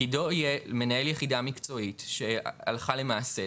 תפקידו יהיה הלכה למעשה,